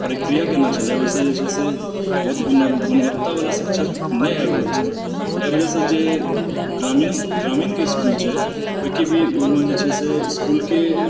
प्रक्रिआ केने छलए ओहिसँ जे छै बहुत गुण गुणवत्ता वला शिक्षक नहि आबि रहल छलए एहि वजहसंँ जे ग्रामीण ग्रामीणके इसकुल छै ओहिके भी ओहिमे जे छै से इसकुलके